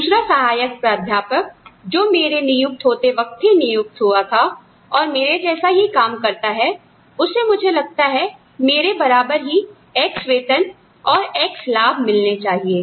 दूसरा सहायक प्राध्यापक जो मेरे नियुक्त होते वक्त ही नियुक्त हुआ था और मेरे जैसा ही काम करता है उसे मुझे लगता है मेरे बराबर ही 'X' वेतन और 'X' लाभ मिलने चाहिए